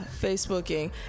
Facebooking